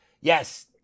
Yes